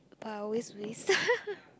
but I always waste